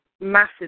massive